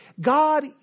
God